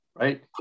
right